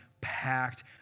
packed